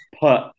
put